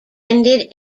ended